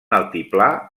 altiplà